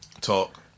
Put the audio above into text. Talk